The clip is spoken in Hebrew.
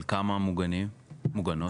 על כמה מוגנים, מוגנות?